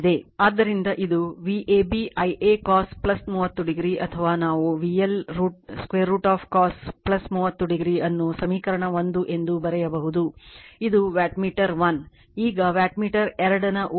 ಆದ್ದರಿಂದ ಇದು Vab Ia cos 30 o ಅಥವಾ ನಾವು VL √ cos 30 o ಅನ್ನು ಸಮೀಕರಣ 1 ಎಂದು ಬರೆಯಬಹುದು ಇದು ವಾಟ್ಮೀಟರ್ 1 ಈಗ ವಾಟ್ಮೀಟರ್ 2 ನ ಓದುವಿಕೆ